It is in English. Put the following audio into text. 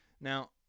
Now